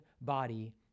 body